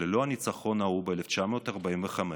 שללא הניצחון ההוא ב-1945,